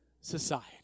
society